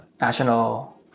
national